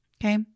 Okay